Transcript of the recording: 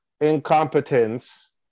incompetence